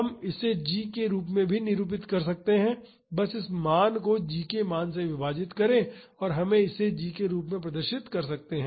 हम इसे g के रूप में भी निरूपित कर सकते हैं बस इस मान को g के मान से विभाजित करें और हम इसे g के रूप में प्रदर्शित कर सकते हैं